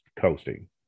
coasting